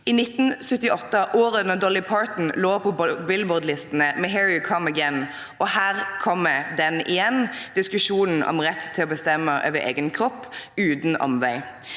Parton lå på Billboard-listene med «Here you come again», og her kommer den igjen, diskusjonen om retten til å bestemme over egen kropp – uten omvei.